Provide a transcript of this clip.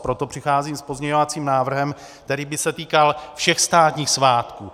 Proto přicházím s pozměňovacím návrhem, který by se týkal všech státních svátků.